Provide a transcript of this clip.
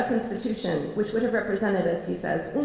institution, which would have represented, as he says,